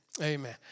Amen